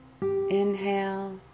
Inhale